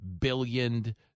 billion